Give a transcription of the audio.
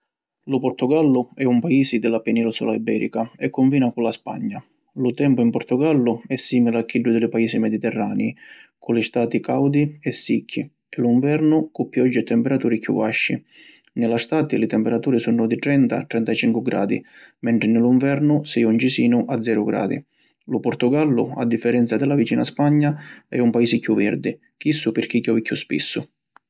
Lu Portogallu è un paisi di la Penisula Iberica e cunfina cu la Spagna. Lu tempu in Portogallu è simili a chiddu di li paisi mediterranî, cu li stati caudi e sicchi e lu nvernu cu pioggi e temperaturi chiù vasci. Ni la stati li temperaturi sunnu di trenta - trentacincu gradi mentri ni lu vernu si junci sinu a zeru gradi. Lu Portogallu, a differenza di la vicina Spagna, è un paisi chiù virdi chissu pirchì chiovi chiù spissu.